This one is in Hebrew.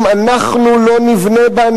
אם אנחנו לא נבנה בה,